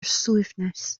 suaimhneas